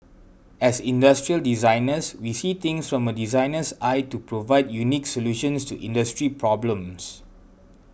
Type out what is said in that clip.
as industrial designers we see things from a designer's eye to provide unique solutions to industry problems